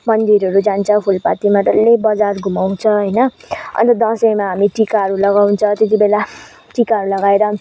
मन्दिरहरू जान्छ फुलपातीमा डल्लै बजार घुमाउँछ होइन अन्त दसैँमा हामी टिकाहरू लगाउँछ त्यति बेला टिकाहरू लगाएर